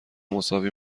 مساوی